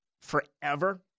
forever